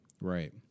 Right